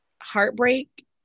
heartbreak